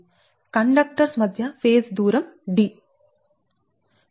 conductors మధ్య phase దూరం D